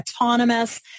autonomous